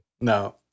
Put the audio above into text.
No